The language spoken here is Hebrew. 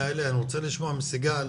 אני רוצה לשמוע מסיגל,